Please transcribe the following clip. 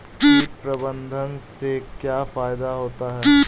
कीट प्रबंधन से क्या फायदा होता है?